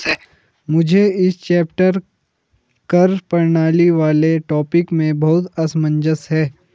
मुझे इस चैप्टर कर प्रणाली वाले टॉपिक में बहुत असमंजस है